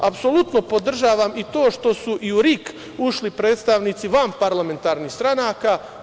Apsolutno podržavam i to što su i u RIK ušli predstavnici vanparlamentarnih stranaka.